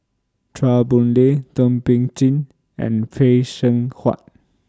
Chua Boon Lay Thum Ping Tjin and Phay Seng Whatt